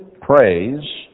praise